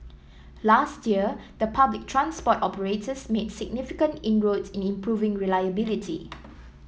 last year the public transport operators made significant inroads in improving reliability